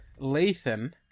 Lathan